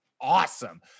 awesome